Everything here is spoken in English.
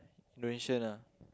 Indonesian ah